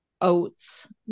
oats